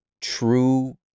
true